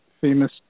famous